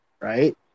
right